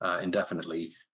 indefinitely